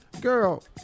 Girl